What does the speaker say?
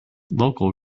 local